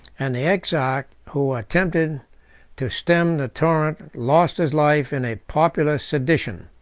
and the exarch, who attempted to stem the torrent, lost his life in a popular sedition.